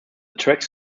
tracks